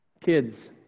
Kids